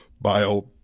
bio